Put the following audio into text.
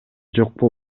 жокпу